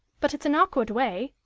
but it's an awkward way.